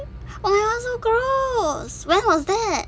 oh my god so gross when was that